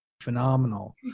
phenomenal